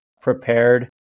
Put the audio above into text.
prepared